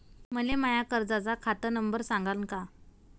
मले माया कर्जाचा खात नंबर सांगान का?